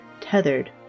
tethered